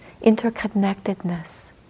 interconnectedness